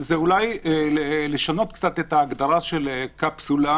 זה אולי לשנות קצת את ההגדרה של בידוד